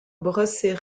brosser